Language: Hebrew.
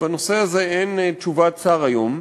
שבנושא הזה אין תשובת שר היום.